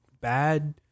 bad